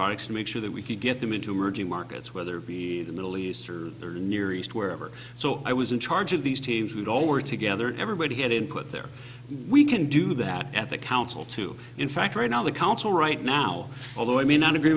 products to make sure that we could get them into emerging markets whether it be the middle east or near east wherever so i was in charge of these teams would all work together everybody had input there we can do that at the council too in fact right now the council right now although i may not agree